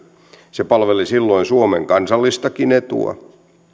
se palveli silloin suomen kansallistakin etua